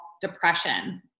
depression